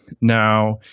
now